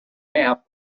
half